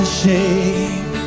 shame